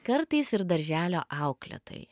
kartais ir darželio auklėtojai